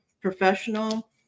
professional